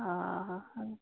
ହଁ